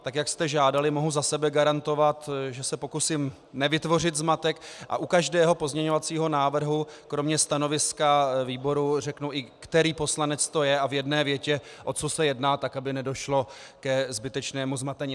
Tak jak jste žádali, mohu za sebe garantovat, že se pokusím nevytvořit zmatek a u každého pozměňovacího návrhu kromě stanoviska výboru i řeknu, který poslanec to je, a v jedné větě, o co se jedná, aby nedošlo ke zbytečnému zmatení.